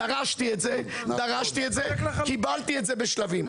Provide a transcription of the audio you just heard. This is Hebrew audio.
דרשתי את זה, קיבלתי את זה בשלבים.